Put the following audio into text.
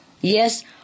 Yes